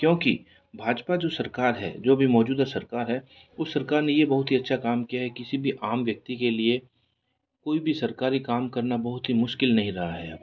क्योंकि भाजपा जो सरकार है जो भी मौजूदा सरकार है उस सरकार ने ये बहुत ही अच्छा काम किया है किसी भी आम व्यक्ति के लिए कोई भी सरकारी काम करना बहुत ही मुश्किल नहीं रहा है अब